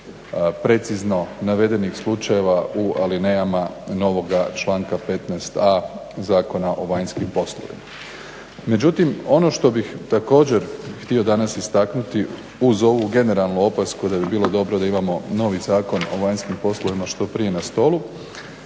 precizno navedenih slučaja u alinejama novoga članka 15.a Zakona o vanjskim poslovima. Međutim, ono što bih također htio danas istaknuti uz ovu generalnu opasku da bi bilo dobro da imamo novi Zakon o vanjskim poslovima što prije na stolu